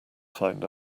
find